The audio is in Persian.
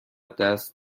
دست